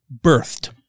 birthed